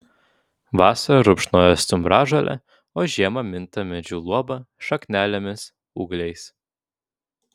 vasarą rupšnoja stumbražolę o žiemą minta medžių luoba šaknelėmis ūgliais